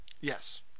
Yes